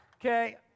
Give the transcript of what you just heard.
okay